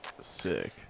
sick